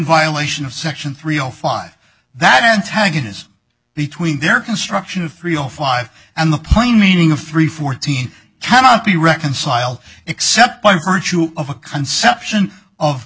violation of section three zero five that antagonism between their construction of three or five and the plain meaning of three fourteen cannot be reconciled except by virtue of a conception of